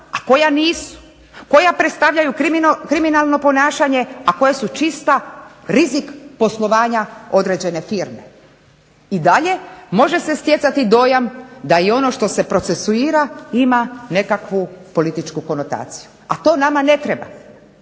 a koja nisu, koja predstavljaju kriminalno ponašanje, a koja su čista rizik poslovanja određene firme. I dalje se može stjecati dojam da ono što se procesuira ima nekakvu političku konotaciju, a to nama ne treba.